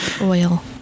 Oil